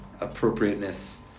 appropriateness